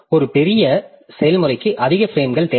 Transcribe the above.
ஒரு பெரிய செயல்முறைக்கு அதிக பிரேம்கள் தேவையா